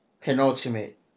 Penultimate